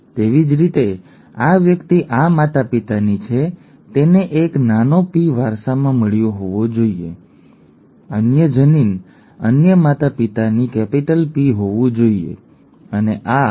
તેવી જ રીતે આ વ્યક્તિ આ માતાપિતાની છે તેથી તેને એક નાનો p વારસામાં મળ્યો હોવો જોઈએ અને આ અન્ય જનીન અન્ય માતાપિતાની કેપિટલ P હોવું જોઈએ ઠીક છે